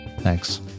Thanks